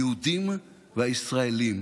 היהודים והישראלים